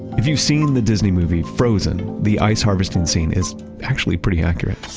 if you've seen the disney movie frozen, the ice harvesting scene is actually pretty accurate